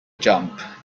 jump